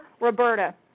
Roberta